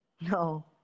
No